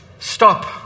Stop